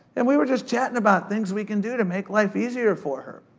and we were just chattin' about things we can do to make life easier for her.